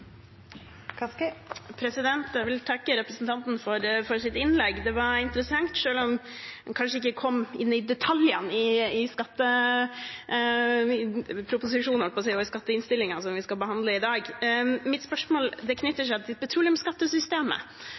Jeg vil takke representanten for hans innlegg. Det var interessant, selv om han kanskje ikke kom inn på detaljene i skatteproposisjonen og i skatteinnstillingen som vi skal behandle i dag. Mitt spørsmål knytter seg til petroleumsskattesystemet.